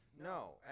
No